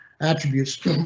attributes